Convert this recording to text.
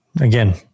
again